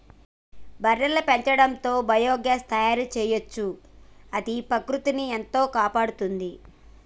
బర్రెల పెండతో బయోగ్యాస్ తయారు చేయొచ్చు అది ప్రకృతిని ఎంతో కాపాడుతుంది